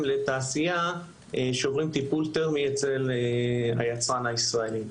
לתעשייה שעוברים טיפול תרמי אצל היצרן הישראלי.